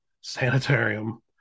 Sanitarium